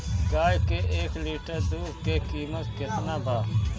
गाय के एक लीटर दूध के कीमत केतना बा?